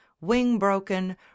wing-broken